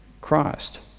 Christ